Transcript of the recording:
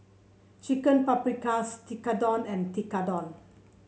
Chicken Paprikas Tekkadon and Tekkadon